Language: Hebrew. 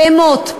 בהמות.